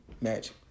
magic